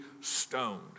stoned